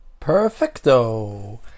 perfecto